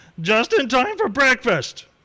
just-in-time-for-breakfast